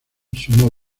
sumó